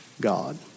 God